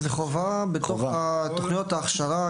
זוהי חובה --- זוהי חובה בתוך תכניות ההכשרה.